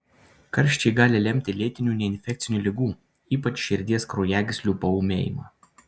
karščiai gali lemti lėtinių neinfekcinių ligų ypač širdies kraujagyslių paūmėjimą